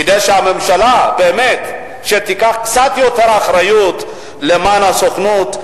כדאי שהממשלה באמת תיקח קצת יותר אחריות למען הסוכנות,